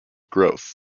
growth